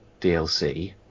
DLC